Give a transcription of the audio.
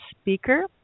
speaker